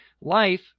life